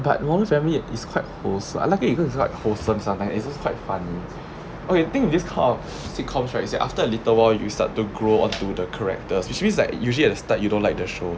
but modern family is quite wholeso~ I like it because it's quite wholesome sometimes it's also quite funny okay I think this kind of sitcoms is that after a little while you start to grow onto the characters which means like usually at the start you don't like the show